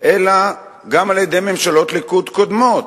אלא גם על-ידי ממשלות ליכוד קודמות.